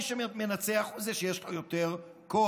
מי שמנצח הוא זה שיש לו יותר כוח,